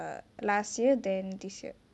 last year then this year